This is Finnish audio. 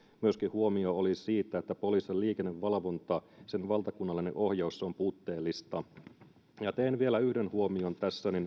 myöskin oli huomio siitä että poliisin liikennevalvonta sen valtakunnallinen ohjaus on puutteellista teen vielä yhden huomion